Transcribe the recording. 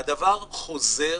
והדבר חוזר.